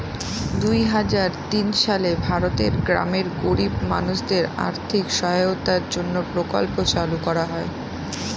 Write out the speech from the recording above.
দুই হাজার তিন সালে ভারতের গ্রামের গরিব মানুষদের আর্থিক সহায়তার জন্য প্রকল্প চালু করা হয়